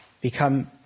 become